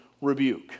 rebuke